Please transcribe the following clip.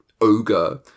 ogre